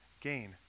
gain